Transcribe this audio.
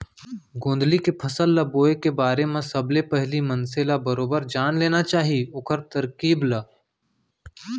गोंदली के फसल ल बोए के बारे म सबले पहिली मनसे ल बरोबर जान लेना चाही ओखर तरकीब ल